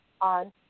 on